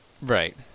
Right